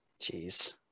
Jeez